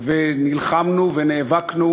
ונלחמנו ונאבקנו